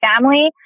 family